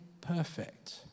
perfect